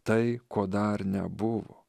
tai ko dar nebuvo